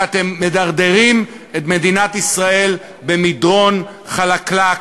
כי אתם מדרדרים את מדינת ישראל במדרון חלקלק,